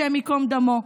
השם יקום דמו,